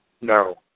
No